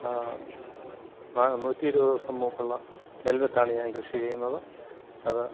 നൂറ്റി ഇരുപത് ദിവസം മൂപ്പുള്ള നെൽവിത്താണ് ഞാൻ കൃഷി ചെയ്യുന്നത് അത്